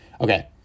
Okay